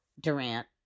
Durant